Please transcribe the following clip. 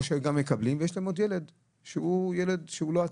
או שהם מקבלים ויש להם עוד ילד שהוא ילד לא עצמאי,